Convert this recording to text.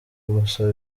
gusa